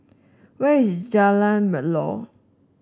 where is Jalan Melor